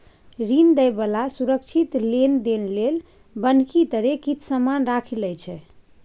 ऋण दइ बला सुरक्षित लेनदेन लेल बन्हकी तरे किछ समान राखि लइ छै